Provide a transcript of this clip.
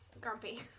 grumpy